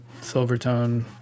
Silvertone